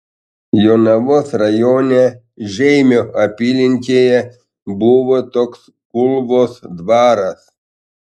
jonavos rajone žeimio apylinkėje buvo toks kulvos dvaras